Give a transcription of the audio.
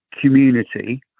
community